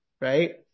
right